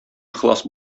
ихлас